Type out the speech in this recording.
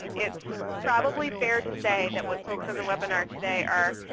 and it's probably fair to say that what folks on the webinar today are